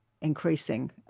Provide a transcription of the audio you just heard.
increasing